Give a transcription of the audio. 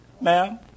Ma'am